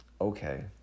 okay